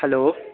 hello